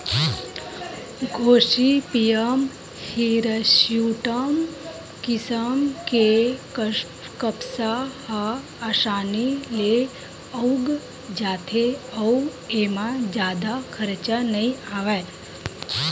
Gossypium hirsutum किसम के कपसा ह असानी ले उग जाथे अउ एमा जादा खरचा नइ आवय